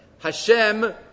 Hashem